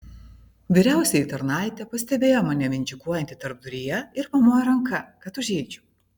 vyriausioji tarnaitė pastebėjo mane mindžikuojantį tarpduryje ir pamojo ranka kad užeičiau